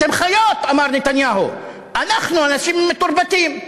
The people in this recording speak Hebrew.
אתם חיות, אמר נתניהו, אנחנו אנשים מתורבתים,